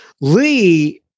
Lee